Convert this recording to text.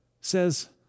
says